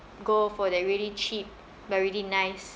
go for that really cheap but really nice